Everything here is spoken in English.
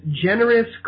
generous